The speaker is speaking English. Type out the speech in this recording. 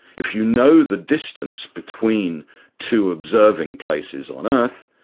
if you know the distance between two observing places on earth,